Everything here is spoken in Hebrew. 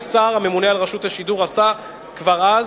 השר הממונה על רשות השידור עשה כבר אז